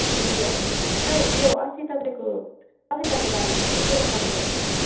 ए हजुर सर त्यो अस्ति तपाईँको कविताको बारेमा यसो कुराकानी गर्नु थियो सर